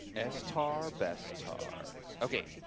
ess-tar, best-tar. okay,